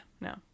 no